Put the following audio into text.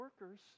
workers